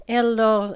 eller